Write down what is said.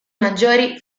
maggiori